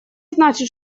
значит